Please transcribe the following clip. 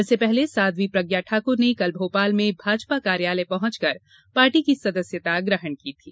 इससे पहले साध्वी प्रज्ञा ठाक्र ने कल भोपाल में भाजपा कार्यालय पहुंचकर पार्टी की सदस्यता ग्रहण की थी